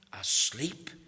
asleep